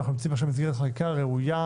ואנחנו נמצאים עכשיו במסגרת חקיקה ראויה,